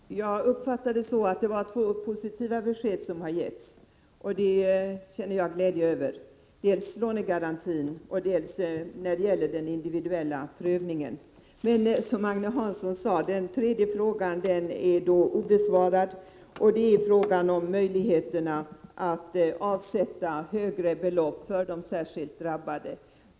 Herr talman! Jag uppfattade statsrådets svar så, att det har givits två positiva besked, och det känner jag glädje över. De gäller dels lånegarantin, dels den individuella prövningen. Men som Agne Hansson sade är den tredje frågan obesvarad, och den gäller möjligheterna att avsätta högre belopp för de särskilt drabbade.